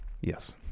Yes